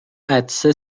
عطسه